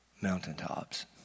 mountaintops